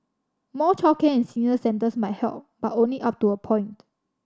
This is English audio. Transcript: more childcare and senior centres might help but only up to a point